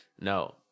No